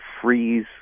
freeze